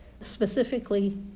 specifically